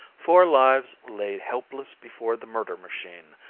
four lives lay helpless before the murder machine,